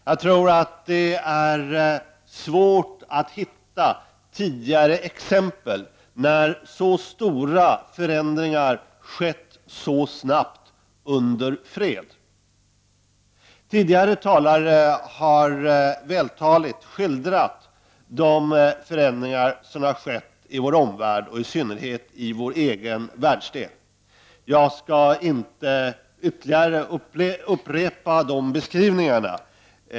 Jag tror att det är svårt att hitta tidigare exempel då så stora förändringar skett så snabbt under fred. Tidigare talare har vältaligt skildrat de förändringar som har skett i vår omvärld och i synnerhet i vår egen världsdel. Jag skall inte ytterligare upprepa dessa beskrivningar.